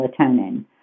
melatonin